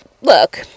look